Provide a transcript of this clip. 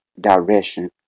direction